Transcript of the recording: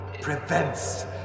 Prevents